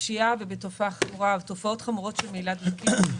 בפשיעה ובתופעות חמורות של מהילת דלקים.